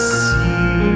see